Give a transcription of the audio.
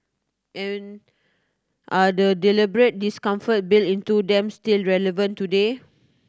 and are the deliberate discomforts built into them still relevant today